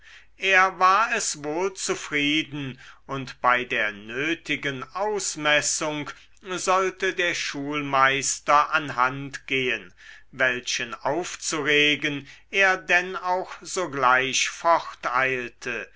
er war es wohl zufrieden und bei der nötigen ausmessung sollte der schulmeister an hand gehen welchen aufzuregen er denn auch sogleich